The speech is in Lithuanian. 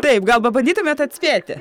taip gal pabandytumėte atspėti